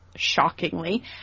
Shockingly